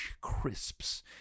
crisps